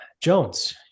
Jones